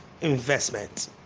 investment